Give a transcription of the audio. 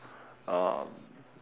um